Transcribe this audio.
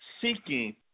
seeking